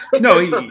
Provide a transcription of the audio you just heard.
no